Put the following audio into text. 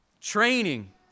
Training